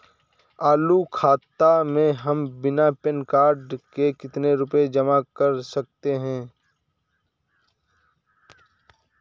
चालू खाता में हम बिना पैन कार्ड के कितनी रूपए जमा कर सकते हैं?